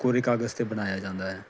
ਕੋਰੇ ਕਾਗਜ਼ 'ਤੇ ਬਣਾਇਆ ਜਾਂਦਾ ਹੈ